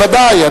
בוודאי.